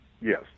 Yes